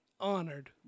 honored